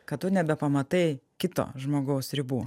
kad tu nebepamatai kito žmogaus ribų